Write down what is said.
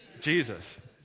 Jesus